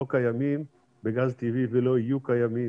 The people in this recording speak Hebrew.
לא קיימים בגז טבעי ולא יהיו קיימים.